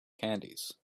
candies